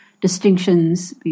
distinctions